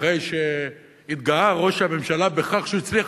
אחרי שהתגאה ראש הממשלה בכך שהוא הצליח